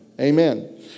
Amen